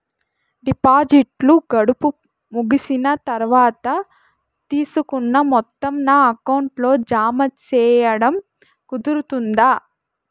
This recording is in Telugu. డిపాజిట్లు గడువు ముగిసిన తర్వాత, తీసుకున్న మొత్తం నా అకౌంట్ లో జామ సేయడం కుదురుతుందా?